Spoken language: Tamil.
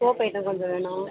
சோப் ஐட்டம் கொஞ்சம் வேணும்